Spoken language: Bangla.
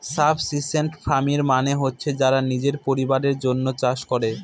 সাবসিস্টেন্স ফার্মিং মানে হচ্ছে যারা নিজের পরিবারের জন্য চাষ করে